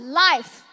life